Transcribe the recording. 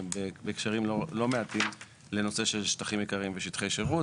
ובהקשרים לא מעטים לנושא של שטחים עיקריים ושטחי שירות.